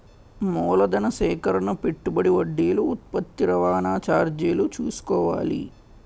మూలధన సేకరణ పెట్టుబడి వడ్డీలు ఉత్పత్తి రవాణా చార్జీలు చూసుకోవాలి